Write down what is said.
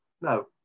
no